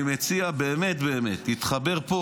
אני מציע באמת באמת להתחבר פה